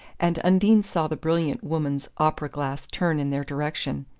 and undine saw the brilliant woman's opera-glass turn in their direction,